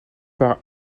par